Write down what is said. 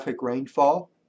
rainfall